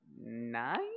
nine